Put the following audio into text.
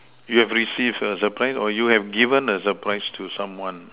you have received a surprise or you have given a surprise to someone